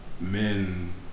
men